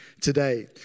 today